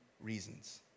reasons